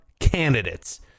candidates